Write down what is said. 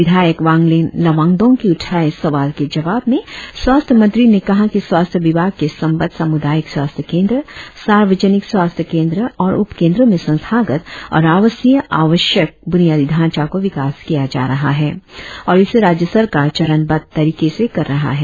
विधायक वांगलिन लोवांगदोंग के उठाए सवाल के जवाब में स्वास्थ्य मंत्री ने कहा कि स्वास्थ्य विभाग के संबंद्व समुदायिक स्वास्थ्य केंद्र सार्वजनिक स्वास्थ्य केंद्र और उप केंद्रों में संस्थागत और आवसीय आवश्यक ब्रनियादी ढांचा का विकास किया जा रहा है और इसे राज्य सरकार चरण बद्ध तरीके से कर रहा है